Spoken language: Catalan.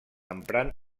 emprant